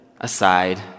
aside